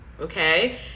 okay